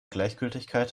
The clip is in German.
gleichgültigkeit